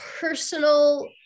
personal